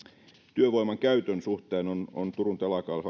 työvoiman käytön suhteen on turun